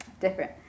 different